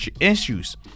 issues